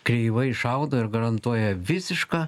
kreivai šaudo ir garantuoja visišką